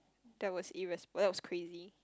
that was irres~ well that was crazy